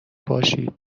باشید